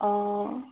অঁ